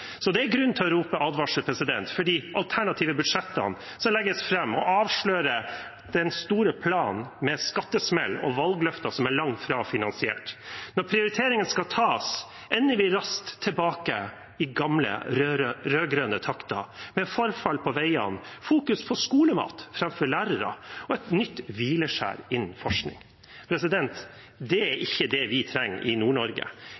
Så det er grunn til å rope et varsku, for de alternative budsjettene som legges fram, avslører den store planen med skattesmell og valgløfter som langt fra er finansiert. Når prioriteringene skal tas, ender vi raskt tilbake i gamle rød-grønne takter, med forfall på veiene, fokus på skolemat framfor lærere og et nytt hvileskjær innen forskning. Det er ikke det vi trenger i